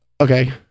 Okay